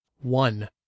one